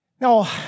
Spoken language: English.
Now